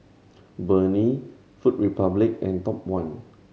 Burnie Food Republic and Top One